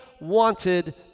wanted